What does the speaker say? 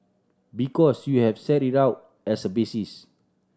because you have set it out as a basis